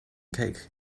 cake